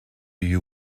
you